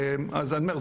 אז אני אומר,